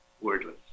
wordless